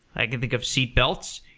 i could think of seatbelts,